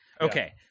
Okay